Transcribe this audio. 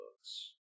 books